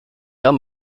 haben